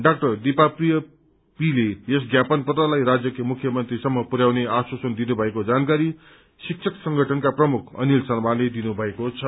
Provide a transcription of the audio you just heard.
doctor दीपप्रियाले यस ज्ञापन पत्रलाई राज्यक्री मुख्यमन्त्रीसम्म पुरयाउने आश्वासन दिनुभएको जानकारी शिक्षक संगठनका प्रमुख अनिल शर्माले दिनुभएको छ